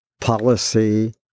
policy